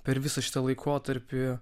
per visą šitą laikotarpį